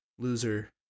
loser